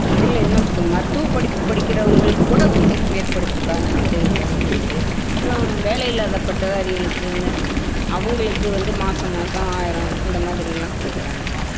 இதில் இன்னும் மருத்துவப் படிப்பு படிக்கிறவங்களுக்குக்கூட உண்டு மேற்படிப்புக்கான உதவித்தொகை உண்டு அப்புறம் வேலையில்லா பட்டதாரிகளுக்குனு அவங்களுக்கு வந்து மாத மாதம் ஆயிரம் அந்தமாதிரியெலாம் கொடுக்குறாங்க